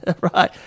Right